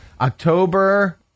October